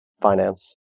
finance